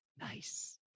Nice